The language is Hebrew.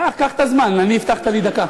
קח, קח את הזמן, אני, הבטחת לי דקה,